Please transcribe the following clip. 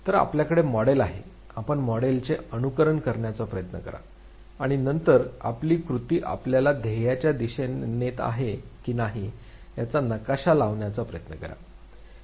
तर आपल्याकडे मॉडेल आहे आपण मॉडेलचे अनुकरण करण्याचा प्रयत्न करा आणि नंतर आपली कृती आपल्याला ध्येयाच्या दिशेने नेत आहे की नाही याचा नकाशा लावण्याचा प्रयत्न करा